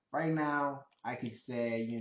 right now i could say, you know